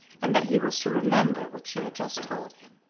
and that he was to remember what she had just told him.